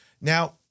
Now